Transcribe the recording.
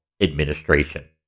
administration